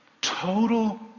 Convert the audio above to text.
Total